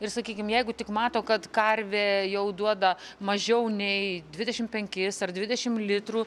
ir sakykim jeigu tik mato kad karvė jau duoda mažiau nei dvidešim penkis ar dvidešim litrų